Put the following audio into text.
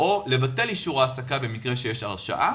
או לבטל אישור העסקה במקרה שיש הרשעה,